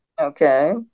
Okay